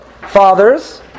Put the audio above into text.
fathers